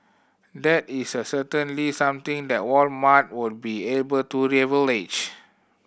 that is a certainly something that Walmart would be able to leverage